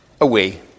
away